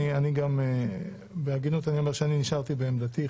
אני נשארתי בעמדתי,